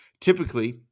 Typically